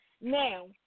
Now